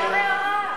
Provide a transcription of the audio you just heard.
הוא העיר הערה.